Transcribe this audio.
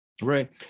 Right